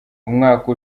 umwaka